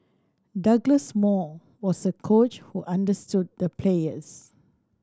Douglas Moore was a coach who understood the players